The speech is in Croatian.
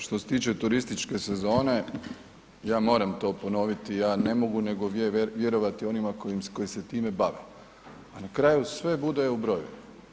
Što se tiče turističke sezone, ja moram to ponoviti, je ne mogu nego vjerovati onima koji se time bave, a na kraju sve bude u brojevima.